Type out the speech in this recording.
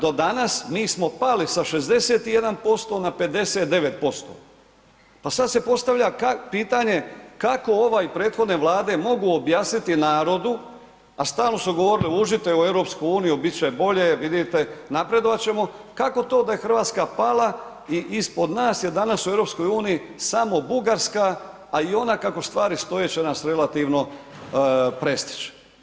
Do danas mi smo pali sa 61% na 59%, pa sad se postavlja pitanje kako ova i prethodne Vlade mogu objasniti narodu, a stalno su govorili, uđite u EU, bit će bolje, vidite napredovat ćemo, kako to da je RH pala i ispod nas je danas u EU samo Bugarska, a i ona kako stvari stoje, će nas relativno prestić.